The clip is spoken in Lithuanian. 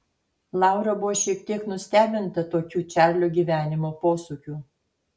laura buvo šiek tiek nustebinta tokių čarlio gyvenimo posūkių